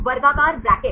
वर्गाकार ब्रैकेट